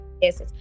yes